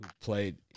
played